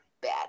bad